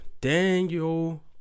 Daniel